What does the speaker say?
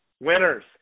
winners